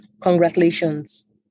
Congratulations